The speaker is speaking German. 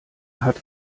hat